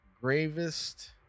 gravest